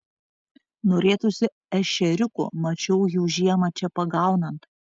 norėtųsi ešeriukų mačiau jų žiemą čia pagaunant